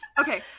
Okay